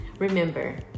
Remember